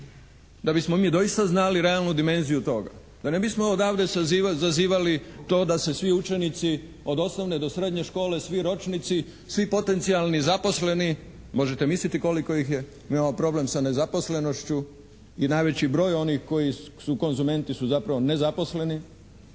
da bismo mi doista znali realnu dimenziju toga. Da ne bismo odavde zazivali to da se svi učenici od osnovne do srednje škole, svi ročnici, svi potencijalni zaposleni, možete misliti koliko ih je, mi imamo problem sa nezaposlenošću i najveći broj onih koji su konzumenti su zapravo nezaposleni,